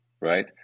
right